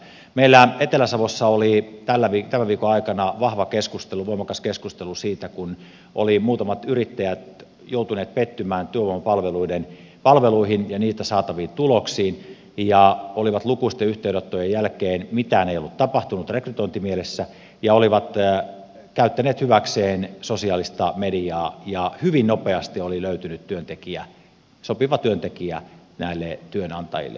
meillä etelä savossa oli tämän viikon aikana vahva voimakas keskustelu siitä kun muutamat yrittäjät olivat joutuneet pettymään työvoimapalveluihin ja niistä saataviin tuloksiin ja olivat lukuisten yhteydenottojen jälkeen mitään ei ollut tapahtunut rekrytointimielessä käyttäneet hyväkseen sosiaalista mediaa ja hyvin nopeasti oli löytynyt työntekijä sopiva työntekijä näille työnantajille